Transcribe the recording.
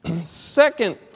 Second